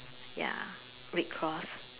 ya red cross